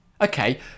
Okay